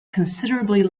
considerably